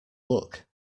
look